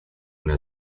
una